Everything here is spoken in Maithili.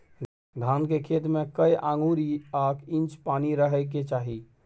धान के खेत में कैए आंगुर आ इंच पानी रहै के चाही?